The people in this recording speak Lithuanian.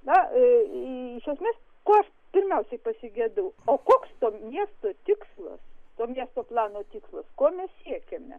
na iš esmės ko aš pirmiausiai pasigedau o koks to miesto tikslas to miesto plano tikslas ko mes siekiame